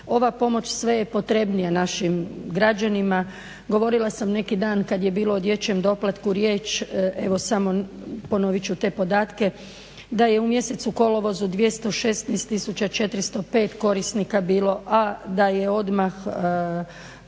ova pomoć sve je potrebnija našim građanima. Govorila sam neki dan kad je bilo o dječjem doplatku riječ, evo samo ponovit ću te podatke, da je u mjesecu kolovozu 216 tisuća 405 korisnika bilo, a da je odmah